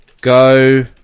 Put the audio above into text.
go